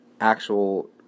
actual